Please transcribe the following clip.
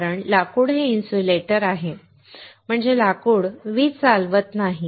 कारण लाकूड हे इन्सुलेटर आहे म्हणजे लाकूड वीज चालवत नाही